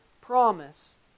promise